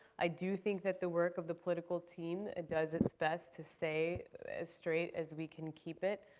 i do think that the work of the political team ah does its best to stay as straight as we can keep it.